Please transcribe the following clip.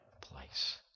place